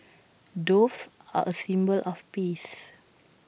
doves are A symbol of peace